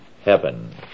heaven